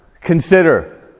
consider